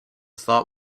thought